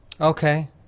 Okay